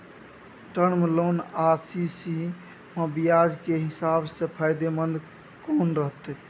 Term loan आ CC म ब्याज के हिसाब से फायदेमंद कोन रहते?